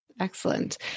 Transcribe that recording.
Excellent